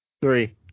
three